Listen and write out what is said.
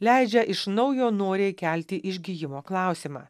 leidžia iš naujo noriai kelti išgijimo klausimą